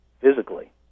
Physically